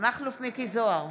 מכלוף מיקי זוהר,